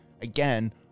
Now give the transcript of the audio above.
again